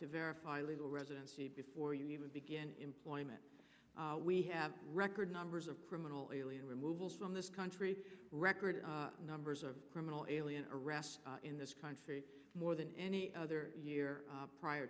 to verify legal residency before you even begin employment we have record numbers of criminal alien removal in this country record numbers of criminal alien arrests in this country more than any other year prior